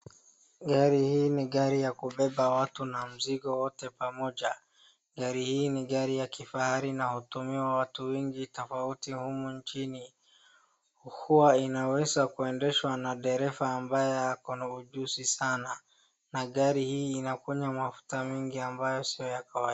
Gari hii ni gari ya kubeba watu na mzingo yote pamoja. Gari hii ni gari ya kifahari inayotumiwa watu wengi tofauti humu nchini. Huwa inaweza kuendeshwa na dereva ambaye ako na ujunzi sana na gari hii inakunywa mafuta mingi ambao si ya kawaida.